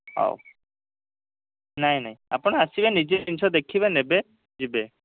ହଉ ନାଇଁ ନାଇଁ ଆପଣ ଆସିବେ ନିଜେ ଜିନିଷ ଦେଖିବେ ନେବେ ଯିବେ